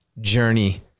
journey